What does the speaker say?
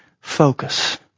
focus